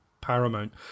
paramount